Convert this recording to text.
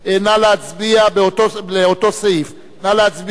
נא להצביע, לאותו סעיף, נא להצביע.